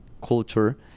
culture